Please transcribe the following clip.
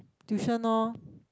tuition lor